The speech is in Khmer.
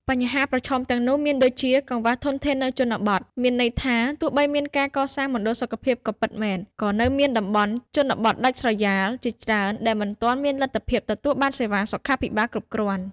បញ្ហាប្រឈមទាំងនោះមានដូចជា កង្វះធនធាននៅជនបទ មានន័យថាទោះបីមានការកសាងមណ្ឌលសុខភាពក៏ពិតមែន ក៏នៅមានតំបន់ជនបទដាច់ស្រយាលជាច្រើនដែលមិនទាន់មានលទ្ធភាពទទួលបានសេវាសុខាភិបាលគ្រប់គ្រាន់។